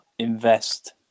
Invest